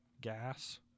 gas